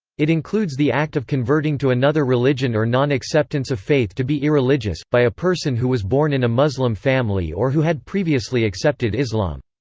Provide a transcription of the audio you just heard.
it includes the act of converting to another religion or non-acceptance of faith to be irreligious, by a person who was born in a muslim family or who had previously accepted islam.